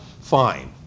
Fine